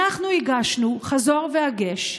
אנחנו הגשנו, חזור והגש,